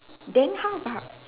then how about